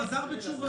הוא חזר בתשובה.